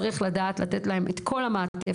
צריך לדעת לתת להם את כל המעטפת,